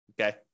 okay